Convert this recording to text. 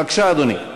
בבקשה, אדוני.